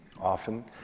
often